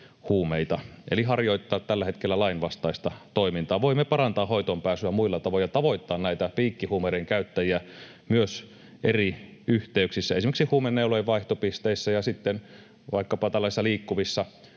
eli harjoittaa tällä hetkellä lainvastaista toimintaa. Voimme parantaa hoitoonpääsyä muilla tavoin ja tavoittaa näitä piikkihuumeiden käyttäjiä myös eri yhteyksissä, esimerkiksi huumeneulojen vaihtopisteissä ja sitten vaikkapa tällaisissa liikkuvissa